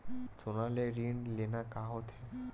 सोना ले ऋण लेना का होथे?